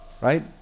right